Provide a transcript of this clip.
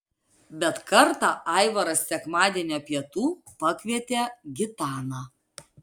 bet kartą aivaras sekmadienio pietų pakvietė gitaną